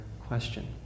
question